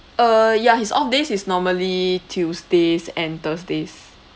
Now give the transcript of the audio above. uh ya his off days is normally tuesdays and thursdays